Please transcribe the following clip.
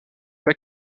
pas